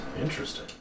Interesting